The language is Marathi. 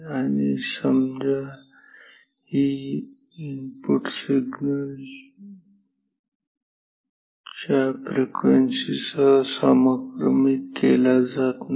आणि समजा की इनपुट सिग्नल या फ्रिक्वेन्सी सह समक्रमित केला जात नाही